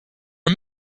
are